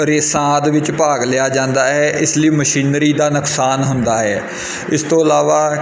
ਰੇਸਾਂ ਆਦਿ ਵਿੱਚ ਭਾਗ ਲਿਆ ਜਾਂਦਾ ਹੈ ਇਸ ਲਈ ਮਸ਼ੀਨਰੀ ਦਾ ਨੁਕਸਾਨ ਹੁੰਦਾ ਹੈ ਇਸ ਤੋਂ ਇਲਾਵਾ